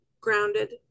grounded